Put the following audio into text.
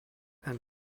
and